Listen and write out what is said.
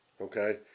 okay